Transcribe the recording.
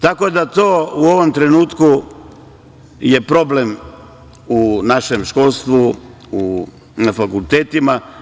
Tako da to u ovom trenutku je problem u našem školstvu, na fakultetima.